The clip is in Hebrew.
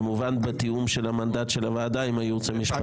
כמובן בתיאום של המנדט של הוועדה עם הייעוץ המשפטי.